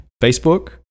Facebook